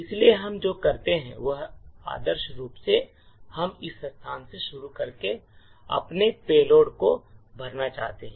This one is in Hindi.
इसलिए हम जो करते हैं वह आदर्श रूप से हम इस स्थान से शुरू करके अपने पेलोड को भरना चाहते हैं